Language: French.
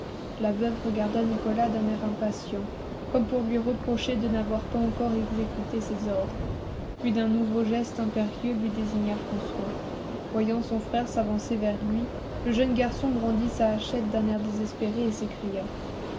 la veuve regarda nicolas d'un air impatient comme pour lui reprocher de n'avoir pas encore exécuté ses ordres puis d'un nouveau geste impérieux lui désigna françois voyant son frère s'avancer vers lui le jeune garçon brandit sa hachette d'un air désespéré et s'écria